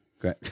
Great